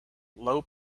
low